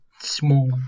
small